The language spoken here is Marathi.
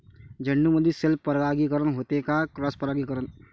झेंडूमंदी सेल्फ परागीकरन होते का क्रॉस परागीकरन?